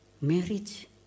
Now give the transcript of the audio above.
marriage